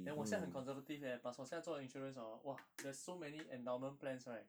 and 我现在很 conservative eh plus 我现在做 insurance hor !wah! there's so many endowment plans right